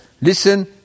listen